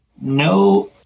No